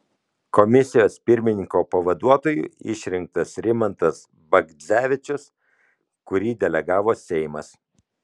komisijos pirmininko pavaduotoju išrinktas rimantas bagdzevičius kurį delegavo seimas